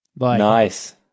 Nice